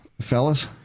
Fellas